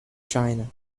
china